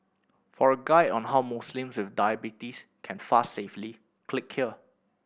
for a guide on how Muslims with diabetes can fast safely click here